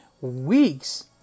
weeks